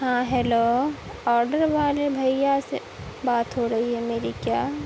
ہاں hello order والے بھیا سے بات ہو رہی ہے میری کیا